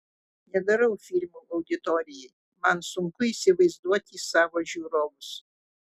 nedarau filmų auditorijai man sunku įsivaizduoti savo žiūrovus